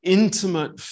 intimate